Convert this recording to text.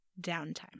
downtime